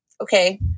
okay